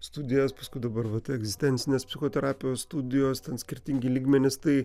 studijas paskui dabar vat egzistencinės psichoterapijos studijos ten skirtingi lygmenys tai